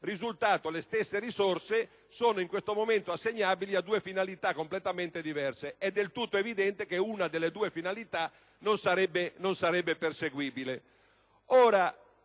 momento le stesse risorse sono assegnabili a due finalità completamente diverse. Ma è del tutto evidente che una delle due finalità non sarebbe perseguibile.